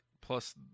Plus